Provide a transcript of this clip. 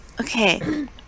okay